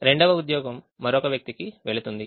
రెండవ ఉద్యోగం మరొక వ్యక్తికి వెళుతుంది